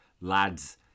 Lads